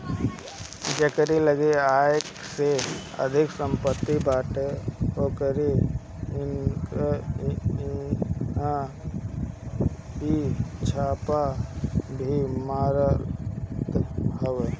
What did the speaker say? जेकरी लगे आय से अधिका सम्पत्ति बाटे ओकरी इहां इ छापा भी मारत हवे